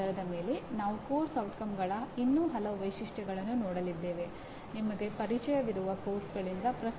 ಆದ್ದರಿಂದ ಅವು ಮೊದಲ ಪಠ್ಯದ ಕೊನೆಯಲ್ಲಿರುವ ಕಾರ್ಯಯೋಜನೆಗಳಾಗಿವೆ